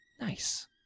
Nice